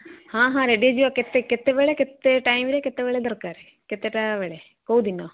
ହଁ ହଁ ରେଡ଼ି ହେଇଯିବ କେତେ କେତେବେଳେ କେତେ ଟାଇମ୍ରେ କେତେବେଳେ ଦରକାର କେତେଟା ବେଳେ କେଉଁ ଦିନ